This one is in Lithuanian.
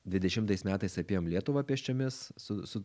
dvidešimtais metais apėjom lietuvą pėsčiomis su su